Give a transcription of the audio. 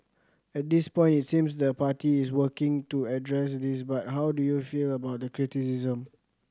at this point it seems the party is working to address this but how do you feel about the criticism